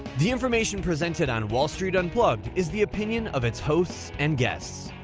the information presented on wall street unplugged is the opinion of its hosts and guests.